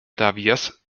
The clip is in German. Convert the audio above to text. davies